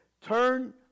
Turn